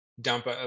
dump